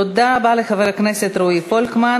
תודה רבה לחבר הכנסת רועי פולקמן.